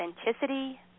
authenticity